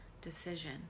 decision